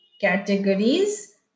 categories